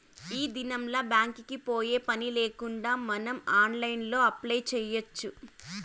ఈ దినంల్ల బ్యాంక్ కి పోయే పనిలేకుండా మనం ఆన్లైన్లో అప్లై చేయచ్చు